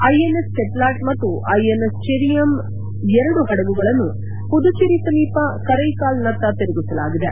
IN S Cheetlat ಮತ್ತು I N S Cheriyam ಎರಡು ಹಡಗುಗಳನ್ನು ಪುದುಚೇರಿ ಸಮೀಪ ಕರ್ತೆಕಾಲ್ ನತ್ತ ತಿರುಗಿಸಲಾಗಿದೆ